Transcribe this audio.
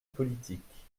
politique